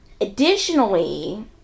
Additionally